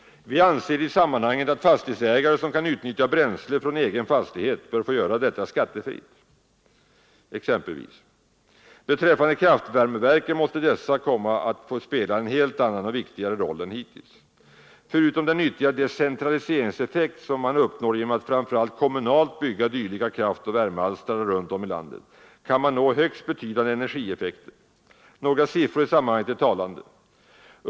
Vi anser i sammanhanget att exempelvis fastighetsägare som kan utnyttja bränsle från egen fastighet bör få göra det skattefritt. Kraftvärmeverken måste få komma att spela en helt annan och viktigare roll än hittills. Förutom den nyttiga decentraliseringseffekt som man uppnår genom att framför allt kommunalt bygga dylika kraftoch värmealstrare runt om i landet kan man nå högst betydande energieffekter. Några siffror i sammanhanget är intressanta.